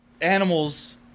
animals